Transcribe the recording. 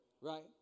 right